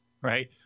right